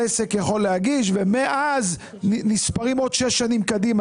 עסק יכול להגיש ומאז נספרים עוד שש שנים קדימה.